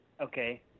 Okay